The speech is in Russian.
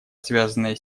связанная